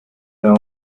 their